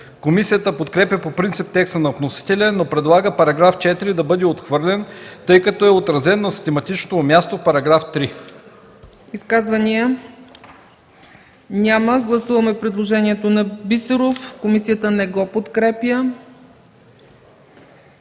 Комисията подкрепя по принцип текста на вносителя, но предлага § 4 да бъде отхвърлен, тъй като е отразен на систематичното му място в § 3.